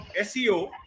SEO